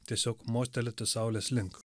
tiesiog mostelėti saulės link